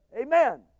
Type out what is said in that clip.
Amen